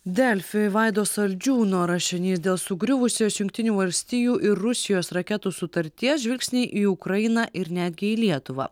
delfi vaido saldžiūno rašinys dėl sugriuvusios jungtinių valstijų ir rusijos raketų sutarties žvilgsniai į ukrainą ir netgi į lietuvą